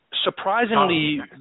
Surprisingly